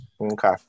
Okay